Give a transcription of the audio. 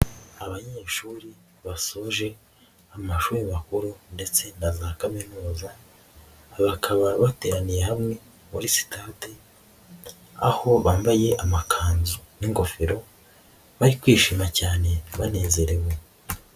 Abanyeshuri basoje amashuri makuru ndetse na za kaminuza bakaba bateraniye hamwe muri sitade, aho bambaye amakanzu n'ingofero bari kwishima cyane banezerewe.